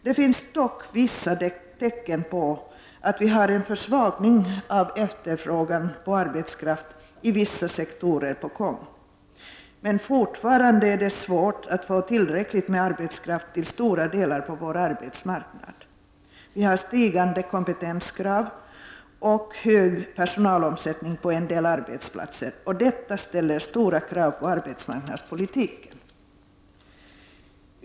Det finns nu dock vissa tecken på en försvagning av efterfrågan på arbetskraft i vissa sektorer, men fortfarande är det svårt att få tillräckligt med arbetskraft till stora delar av vår arbetsmarknad. Vi har stigande kompetenskrav och hög personalomsättning på en del arbetsplatser, och detta ställer stora krav på arbetsmarknadspolitiken.